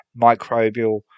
microbial